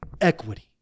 Equity